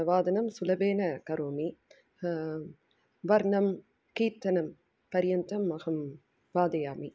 वादनं सुलभेन करोमि वर्णं कीर्तनं पर्यन्तम् अहं वादयामि